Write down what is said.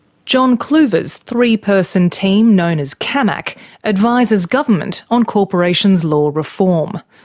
john kluver's three-person team known as camac advises government on corporations law reform.